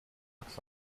office